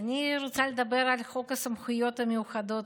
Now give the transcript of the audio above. אני רוצה לדבר על חוק הסמכויות המיוחדות